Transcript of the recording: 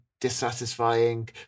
dissatisfying